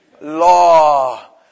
law